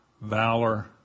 Valor